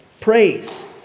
Praise